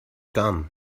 gun